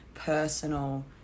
personal